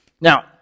Now